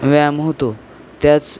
व्यायाम होतो त्याच